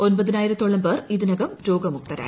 ഒൻപതിനായിരത്തോളം പേർ ഇതിനകം രോഗമുക്തരായി